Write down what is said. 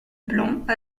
blanc